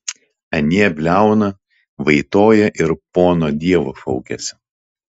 anie bliauna vaitoja ir pono dievo šaukiasi